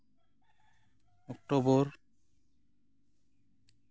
October